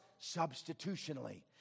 substitutionally